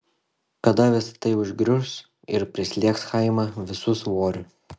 kada visa tai užgrius ir prislėgs chaimą visu svoriu